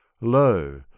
Lo